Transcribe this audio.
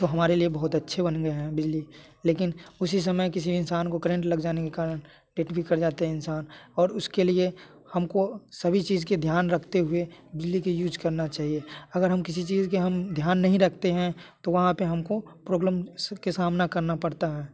तो हमारे लिए बहुत अच्छे बन गए हैं बिजली लेकिन उसी समय किसी इंसान को करेंट लग जाने के कारण डेड भी कर जाते हैं इंसान और उसके लिए हमको सभी चीज के ध्यान रखते हुए बिजली की यूज करना चाहिए अगर हम किसी चीज के हम ध्यान नहीं रखते हैं तो वहाँ पे हमको प्रॉब्लम के सामना करना पड़ता है